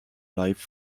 life